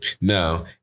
no